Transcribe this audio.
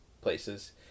places